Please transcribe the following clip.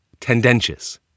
Tendentious